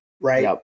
Right